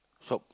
shop